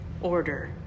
order